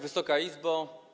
Wysoka Izbo!